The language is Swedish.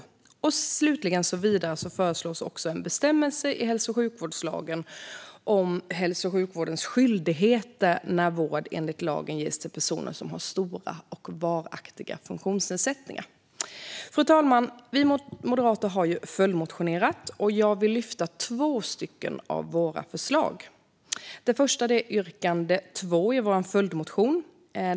Stärkt rätt till person-lig assistans vid behov av egenvård Vidare föreslås en bestämmelse i hälso och sjukvårdslagen om hälso och sjukvårdens skyldigheter när vård enligt lagen ges till personer som har stora och varaktiga funktionsnedsättningar. Fru talman! Vi moderater har följdmotionerat. Jag vill lyfta två av våra förslag. Det första är yrkande 2 i vår följdmotion.